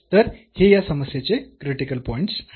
तर हे या समस्येचे क्रिटिकल पॉईंट्स आहेत